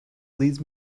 leads